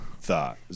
thought